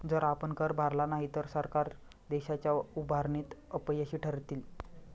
जर आपण कर भरला नाही तर सरकार देशाच्या उभारणीत अपयशी ठरतील